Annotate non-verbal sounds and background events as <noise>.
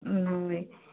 <unintelligible> ଏ